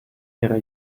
ihre